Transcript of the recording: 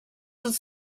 uns